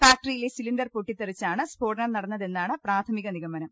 ഫാക്ടറിയിലെ cylinder പൊട്ടിത്തെറിച്ചാണ് സ്ഫോടനം നട ന്നതെന്നാണ് പ്രാഥമിക നിഗമനം